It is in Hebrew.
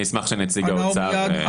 אני אשמח שנציג האוצר יתייחס לנושא המימון.